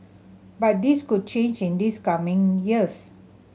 but this could change in this coming years